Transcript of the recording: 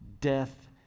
death